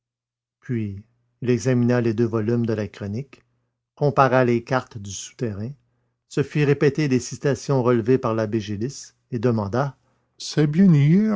puis il examina les deux volumes de la chronique compara les cartes du souterrain se fit répéter les citations relevées par l'abbé gélis et demanda